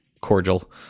cordial